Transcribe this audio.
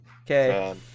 Okay